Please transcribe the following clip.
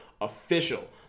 official